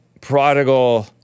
prodigal